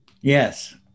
Yes